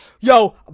Yo